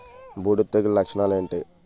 బూడిద తెగుల లక్షణాలు ఏంటి?